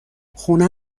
خونه